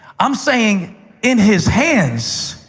i'm saying in his hands,